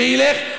שילך,